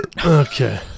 Okay